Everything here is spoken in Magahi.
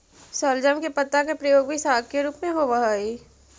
शलजम के पत्ता के प्रयोग भी साग के रूप में होव हई